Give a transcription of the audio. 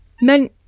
Men